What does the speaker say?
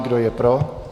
Kdo je pro?